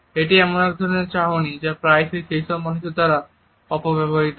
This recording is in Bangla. এটি এমন একটি চাহনি যা প্রায়শই সেইসব মানুষের দ্বারা অপব্যবহৃত হয়